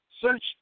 Search